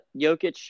Jokic